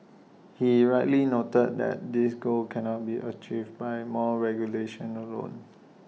he rightly noted that this goal cannot be achieved by more regulation alone